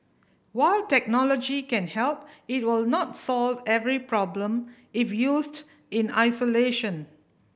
while technology can help it will not solve every problem if used in isolation